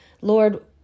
Lord